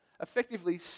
effectively